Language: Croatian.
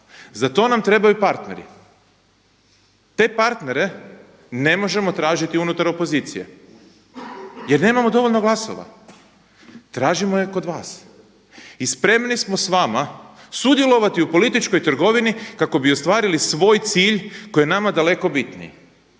Za to nam trebaju partneri. Te partnere ne možemo tražiti unutar opozicije jer nemamo dovoljno glasova, tražimo je kod vas. I spremni smo s vama sudjelovati u političkoj trgovini kako bi ostvarili svoj cilj koji je nama daleko bitniji.